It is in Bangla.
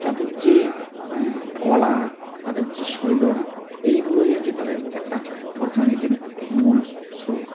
তাদের যে কলা তাদের যে শৈলী এইগুলোই হচ্ছে তাদের একটা অর্থনীতির মূল স্রোত